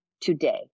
today